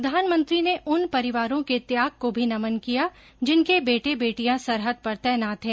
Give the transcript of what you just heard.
प्रधानमंत्री ने उन परिवारों के त्याग को भी नमन किया जिनके बेटे बेटियां सरहद पर तैनात हैं